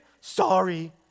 Sorry